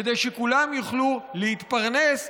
כדי שכולם יוכלו להתפרנס,